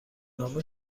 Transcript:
نامه